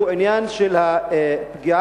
הוא העניין של פגיעה